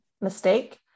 mistake